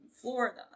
Florida